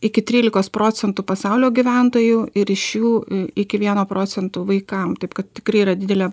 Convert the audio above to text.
iki trylikos procentų pasaulio gyventojų ir iš jų iki vieno procentų vaikam taip kad tikrai yra didelė